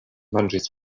manĝis